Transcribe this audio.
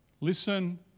Listen